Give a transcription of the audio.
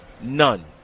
none